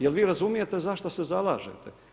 Jel' vi razumijete zašto se zalažete?